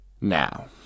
Now